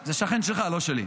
זה שכן שלך, לא שלי.